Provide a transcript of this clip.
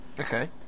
Okay